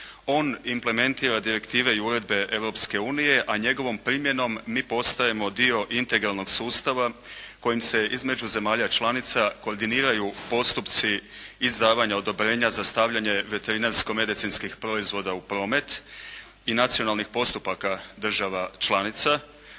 On implementira direktive i uredbe Europske unije, a njegovom primjenom mi postajemo dio integralnog sustava kojim se između zemalja članica koordiniraju postupci izdavanja odobrenja za stavljanje veterinarsko-medicinskih proizvoda u promet i nacionalnih postupaka država članica,